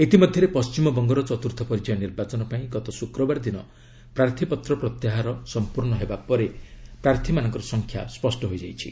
ଇତିମଧ୍ୟରେ ପଶ୍ଚିମବଙ୍ଗର ଚତୁର୍ଥ ପର୍ଯ୍ୟାୟ ନିର୍ବାଚନ ପାଇଁ ଗତ ଶୁକ୍ରବାର ଦିନ ପ୍ରାର୍ଥୀପତ୍ର ପ୍ରତ୍ୟାହାର ସମ୍ପୂର୍ଣ୍ଣ ହେବା ପରେ ପ୍ରାର୍ଥୀମାନଙ୍କର ସଂଖ୍ୟା ସ୍କଷ୍ଟ ହୋଇଯାଇଛି